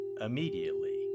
immediately